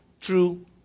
true